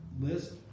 list